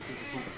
לפי חישוב שעשיתי.